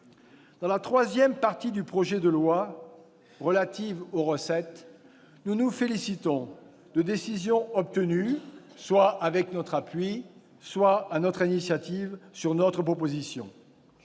Dans la troisième partie du projet de loi, relative aux recettes, nous nous félicitons de décisions obtenues, soit avec notre appui, soit sur notre initiative. Je citerai